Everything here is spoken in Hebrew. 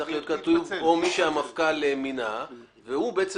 צריך להיות כתוב או מי שהמפכ"ל מינה והוא בעצם